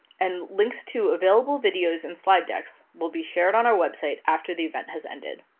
and links to available videos and slide decks will be shared on our website after the event has ended.